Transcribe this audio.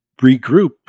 regroup